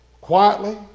quietly